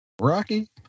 Rocky